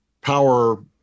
Power